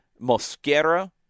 Mosquera